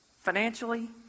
financially